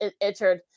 entered